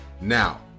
Now